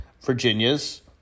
Virginia's